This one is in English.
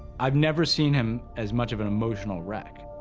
i've never seen him as much of an emotional wreck.